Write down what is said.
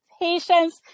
patience